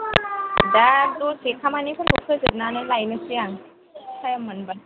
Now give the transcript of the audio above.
दा दसे खामानिफोरखौ फोजोबनानै लायनोसै आं थाइम मोनबा